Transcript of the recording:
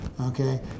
Okay